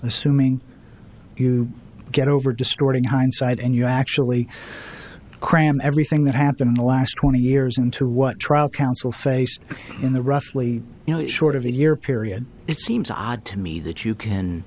assuming you get over distorting hindsight and you actually cram everything that happened in the last twenty years into what trial counsel face in the roughly you know short of a year period it seems odd to me that you can